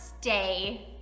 stay